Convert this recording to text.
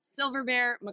Silverbear